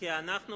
אין לי חשש כזה.